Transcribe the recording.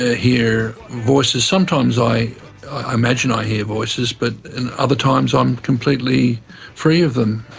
ah hear voices, sometimes i imagine i hear voices but and other times i'm completely free of them.